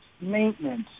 maintenance